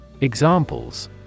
Examples